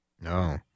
No